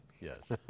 Yes